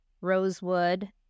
rosewood